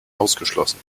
ausgeschlossen